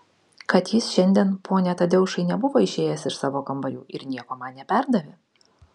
kad jis šiandien pone tadeušai nebuvo išėjęs iš savo kambarių ir nieko man neperdavė